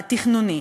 התכנוני.